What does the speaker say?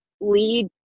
lead